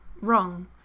wrong